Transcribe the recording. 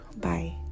bye